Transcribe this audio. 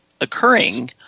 occurring